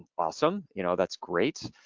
awesome, you know that's great.